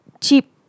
Cheap